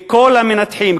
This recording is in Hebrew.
כל המנתחים,